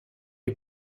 est